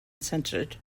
censored